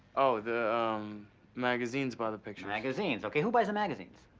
oh, the um magazines buy the pictures. magazines, okay, who buys the magazines?